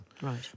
Right